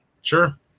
Sure